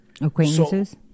Acquaintances